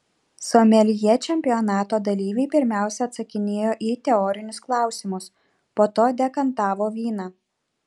someljė čempionato dalyviai pirmiausia atsakinėjo į teorinius klausimus po to dekantavo vyną